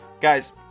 guys